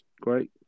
Great